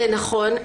זה נכון.